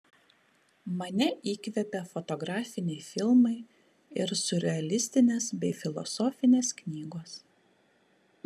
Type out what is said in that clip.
mane įkvepia fotografiniai filmai ir siurrealistinės bei filosofinės knygos